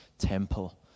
Temple